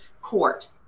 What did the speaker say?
court